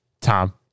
tom